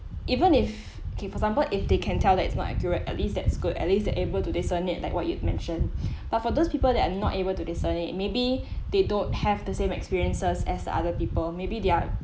even if okay for example if they can tell that it's not accurate at least that's good at least they're able to discern it like what you've mentioned but for those people that are not able to discern it maybe they don't have the same experiences as other people maybe they are